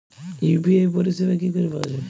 UPI পরিষেবা কি করে পাওয়া যাবে?